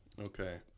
Okay